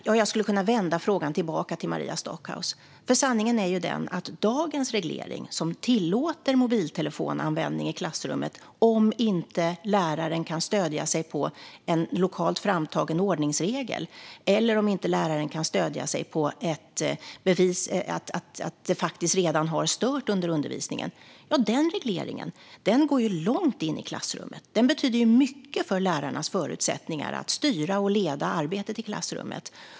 Jag skulle kunna vända frågan tillbaka till Maria Stockhaus. Sanningen är den att dagens reglering som tillåter mobiltelefonanvändning i klassrummet, om inte läraren kan stödja sig på en lokalt framtagen ordningsregel, eller om inte läraren kan stödja sig på att mobilen faktiskt redan har stört undervisningen, går långt in i klassrummet. Den regleringen betyder mycket för lärarnas förutsättningar att styra och leda arbetet i klassrummet.